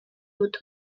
dut